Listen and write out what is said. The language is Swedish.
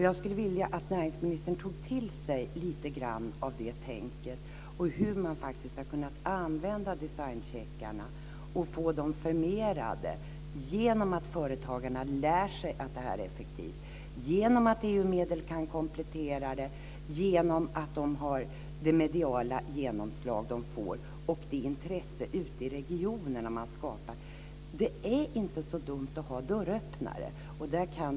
Jag skulle vilja att näringsministern tog till sig lite grann av det "tänket" och hur man faktiskt har kunnat använda designcheckarna och få dem förmerade genom att företagarna lär sig att detta är effektivt, genom att man kan komplettera med EU-medel och genom att det blir ett medialt genomslag. Det skapas ett intresse ute i regionerna. Det är inte så dumt att ha dörröppnare.